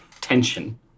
tension